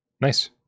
Nice